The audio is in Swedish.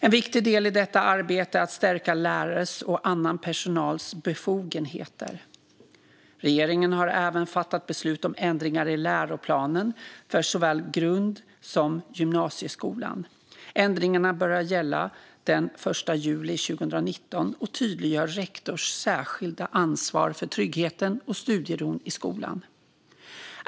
En viktig del i detta arbete är att stärka lärares och annan personals befogenheter. Regeringen har även fattat beslut om ändringar i läroplanen för såväl grund som gymnasieskolan. Ändringarna började gälla den 1 juli 2019 och tydliggör rektorns särskilda ansvar för tryggheten och studieron i skolan.